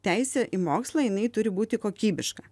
teisė į mokslą jinai turi būti kokybiška